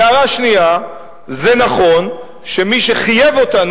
הערה שנייה: זה נכון שמי שחייב אותנו